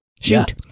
Shoot